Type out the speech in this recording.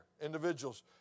Individuals